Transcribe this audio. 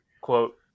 quote